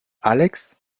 alex